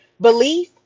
belief